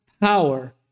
power